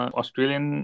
Australian